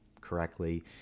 correctly